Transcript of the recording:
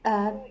ah